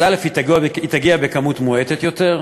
אז היא תגיע בכמות מועטת יותר,